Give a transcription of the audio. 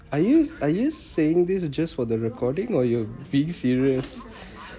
are you are you saying these just for the recording or you're being serious